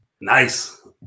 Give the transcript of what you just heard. Nice